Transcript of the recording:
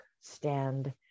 stand